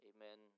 Amen